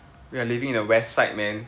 we are living in the west side man